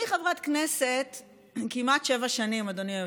אני חברת כנסת כמעט שבע שנים, אדוני היושב-ראש,